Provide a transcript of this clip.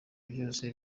byose